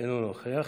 אינו נוכח,